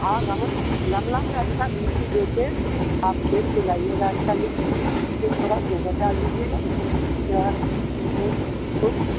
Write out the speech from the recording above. और हाँ गमला में अच्छा मिट्टी देके आप खेत से लाइएगा अच्छा मिट्टी फिर थोड़ा गोबर डाल दीजिएगा उसके बाद उसको कल